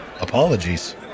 Apologies